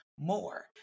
More